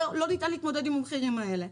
לא ניתן להתמודד עם המחירים האלה.